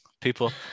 People